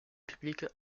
publique